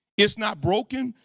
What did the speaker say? it's not broken,